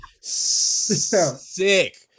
Sick